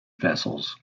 vessels